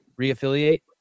reaffiliate